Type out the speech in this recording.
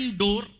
door